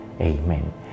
Amen